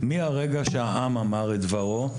מהרגע שהעם אמר את דברו,